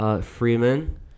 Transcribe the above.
Freeman